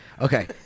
Okay